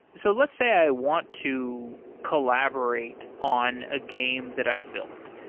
so let's say i want to collaborate on a game that i've built.